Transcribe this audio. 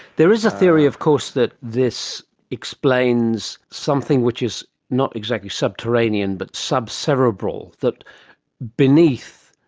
there is a theory of course that this explains something which is not exactly subterranean but sub-cerebral that beneath,